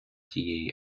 тієї